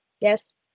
Yes